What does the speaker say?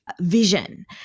vision